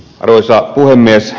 arvoisa puhemies